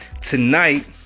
tonight